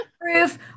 proof